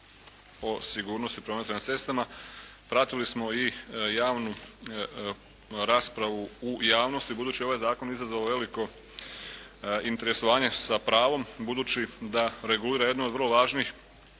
o sigurnosti prometa na cestama pratili smo i javnu raspravu u javnosti budući da je ovaj zakon izazvao veliko interesovanje sa pravom budući da regulira jedno od vrlo važnih